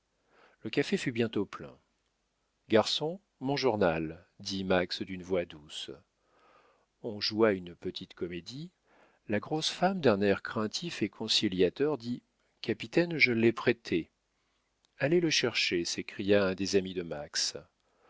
le café fut bientôt plein garçon mon journal dit max d'une voix douce on joua une petite comédie la grosse femme d'un air craintif et conciliateur dit capitaine je l'ai prêté allez le chercher s'écria un des amis de max